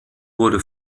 wurde